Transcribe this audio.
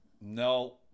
no